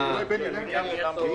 שנה?